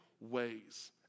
ways